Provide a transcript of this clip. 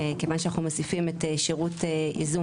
כיוון שאנחנו מוסיפים את שירות ייזום